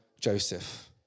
Joseph